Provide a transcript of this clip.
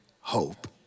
hope